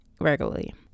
regularly